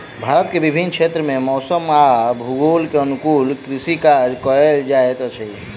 भारत के विभिन्न क्षेत्र में मौसम आ भूगोल के अनुकूल कृषि कार्य कयल जाइत अछि